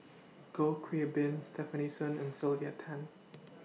Goh Bin Stefanie Sun and Sylvia Tan